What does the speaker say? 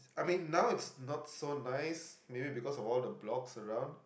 I mean now it's not so nice maybe because of all the blocks around